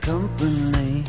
Company